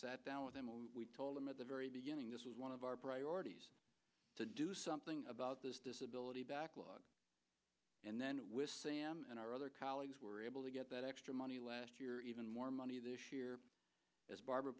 sat down with him we told him at the very beginning this was one of our priorities to do something about this disability backlog and then with sam and our other colleagues were able to get that extra money last year even more money this year as barbara